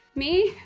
me,